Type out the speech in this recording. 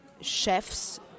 chefs